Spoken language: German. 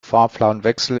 fahrplanwechsel